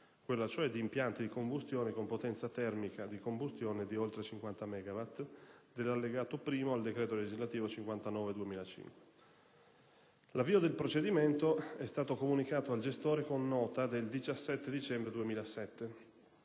quella cioè di impianti di combustione con potenza termica di combustione di oltre 50 megawatt, dell'allegato I al decreto legislativo n. 59 del 2005. L'avvio del procedimento è stato comunicato al gestore con nota del 17 dicembre 2007.